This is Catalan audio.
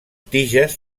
tiges